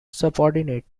subordinate